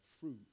fruit